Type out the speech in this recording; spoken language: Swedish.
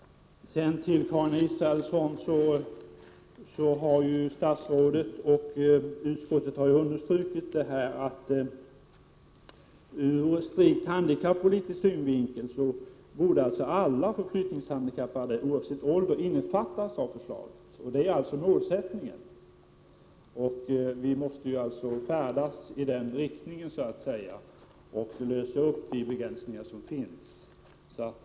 Till Karin Israelsson: Statsrådet har sagt — och utskottet har understruktit det — att ur strikt handikappspolitisk synvinkel borde alla förflyttningshandikappade, oavsett ålder, innefattas av förslaget. Det är alltså målsättningen. Vi måste färdas i den riktningen, så att säga, och försöka lösa upp de begränsningar som finns.